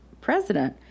president